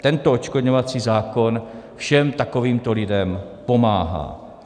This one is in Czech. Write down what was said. Tento odškodňovací zákon všem takovýmto lidem pomáhá.